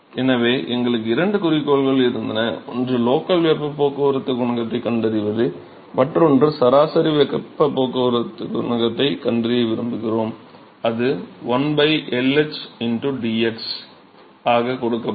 எனவே எங்களுக்கு இரண்டு குறிக்கோள்கள் இருந்தன ஒன்று லோக்கல் வெப்பப் போக்குவரத்துக் குணகத்தைக் கண்டறிவது மற்றொன்று சராசரி வெப்பப் போக்குவரத்துக் குணகத்தைக் கண்டறிய விரும்புகிறோம் அது 1 L h dx ஆகக் கொடுக்கப்படும்